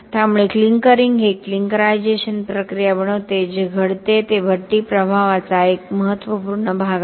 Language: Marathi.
त्यामुळे क्लिंकरिंग हे क्लिंकरायझेशन प्रक्रिया बनवते जे घडते ते भट्टी प्रभावाचा एक महत्त्वपूर्ण भाग आहे